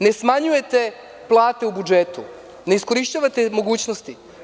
Ne smanjujete plate u budžetu, ne iskorišćavate mogućnosti.